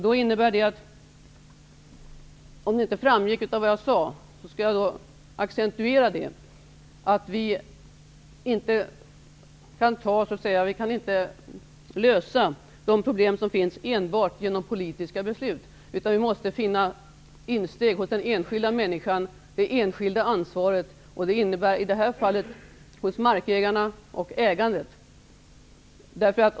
Det innebär -- för den händelse att det inte framgick av mitt anförande vill jag nu accentuera det -- att vi inte kan lösa de problem som finns enbart genom politiska beslut, utan insikten om detta måste vinna insteg hos den enskilda människan. Det innebär i det här fallet hos markägarna och andra ägare.